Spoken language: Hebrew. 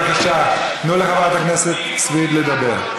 בבקשה, תנו לחברת הכנסת סויד לדבר.